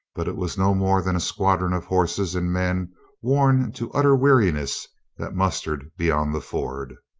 but it was no more than a squadron of horses and men worn to utter weariness that mustered beyond the ford.